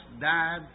died